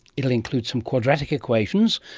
it'll include some quadratic equations,